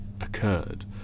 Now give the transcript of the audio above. occurred